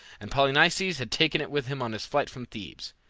and polynices had taken it with him on his flight from thebes.